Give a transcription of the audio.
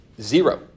zero